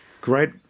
Great